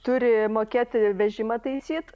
turi mokėti vežimą taisyt